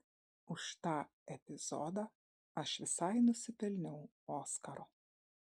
už tą epizodą aš visai nusipelniau oskaro